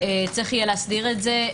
צריך יהיה להסדיר את זה.